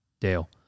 Dale